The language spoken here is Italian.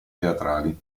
teatrali